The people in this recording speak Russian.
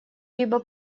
либо